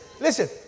listen